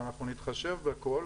ואנחנו נתחשב בהכל.